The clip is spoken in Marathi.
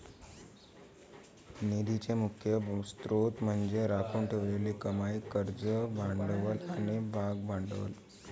निधीचे मुख्य स्त्रोत म्हणजे राखून ठेवलेली कमाई, कर्ज भांडवल आणि भागभांडवल